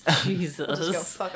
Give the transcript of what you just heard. Jesus